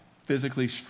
physically